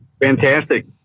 fantastic